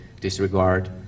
disregard